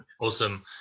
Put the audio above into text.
awesome